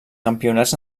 campionats